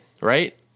right